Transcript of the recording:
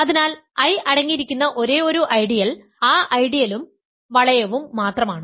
അതിനാൽ I അടങ്ങിയിരിക്കുന്ന ഒരേയൊരു ഐഡിയൽ ആ ഐഡിയ ലും വളയവും മാത്രമാണ്